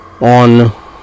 on